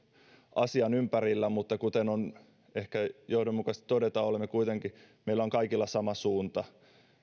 asian ympärillä mutta kuten on ehkä johdonmukaista todeta meillä on kaikilla sama suunta